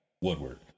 woodward